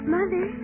Mother